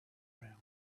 round